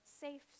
safe